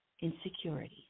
insecurity